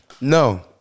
No